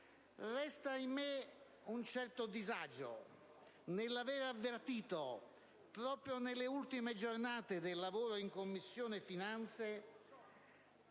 resta in me un certo disagio nell'aver avvertito proprio nelle ultime giornate del lavoro in Commissione un